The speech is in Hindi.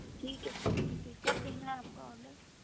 ठीक है सर तो फिर कब देना है आप का ऑर्डर